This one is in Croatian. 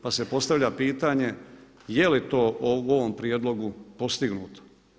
Pa se postavlja pitanje je li to u ovom prijedlogu postignuto.